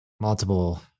multiple